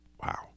Wow